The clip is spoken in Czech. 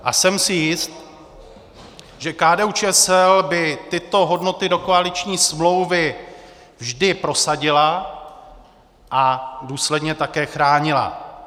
A jsem si jist, že KDUČSL by tyto hodnoty do koaliční smlouvy vždy prosadila a důsledně také chránila.